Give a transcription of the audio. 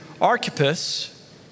Archippus